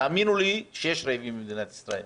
תאמינו לי שיש רעבים במדינת ישראל.